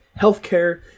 healthcare